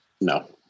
no